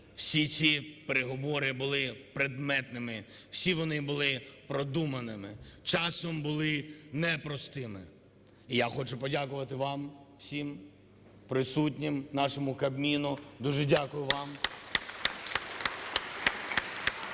всі ці переговори були предметними, всі вони були продуманими, часом були непростими. І я хочу подякувати вам усім присутнім, нашому Кабміну. Дуже дякую вам!